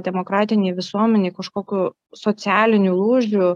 demokratinėj visuomenėj kažkokių socialinių lūžių